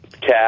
Cap